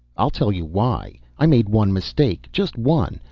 i'll tell you why! i made one mistake, just one,